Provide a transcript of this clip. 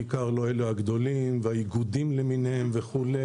בעיקר לא אלה הגדולים והאיגודים למיניהם וכו'.